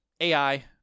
AI